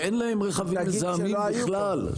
שאין להם רכבים מזהמים בכלל,